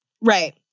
Right